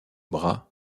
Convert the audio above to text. bras